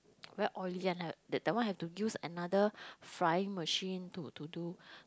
very oily and like that that one have to use another frying machine to to do